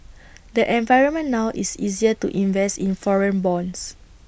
the environment now is easier to invest in foreign bonds